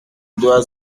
doit